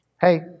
Hey